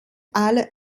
alle